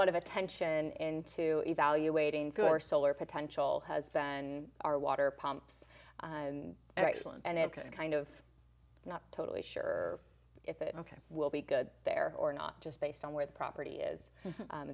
lot of attention into evaluating good or solar potential has been our water pumps and it kind of not totally sure if it will be good there or not just based on where the property is